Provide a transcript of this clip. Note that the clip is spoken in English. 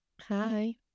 Hi